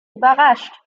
überrascht